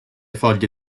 foglie